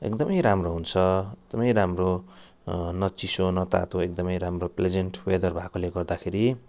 एकदमै राम्रो हुन्छ एकदमै राम्रो न चिसो न तातो एकदमै राम्रो प्लेजेन्ट वेदर भएकोले गर्दाखेरि